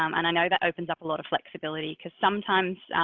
um and i know that opens up a lot of flexibility because sometimes,